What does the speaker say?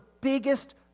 biggest